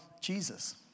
Jesus